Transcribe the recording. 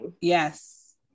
Yes